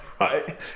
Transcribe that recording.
right